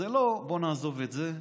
זה לא, בוא נעזוב את זה,